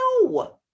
No